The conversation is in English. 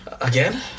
Again